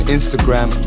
Instagram